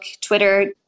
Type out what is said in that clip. Twitter